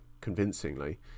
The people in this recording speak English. convincingly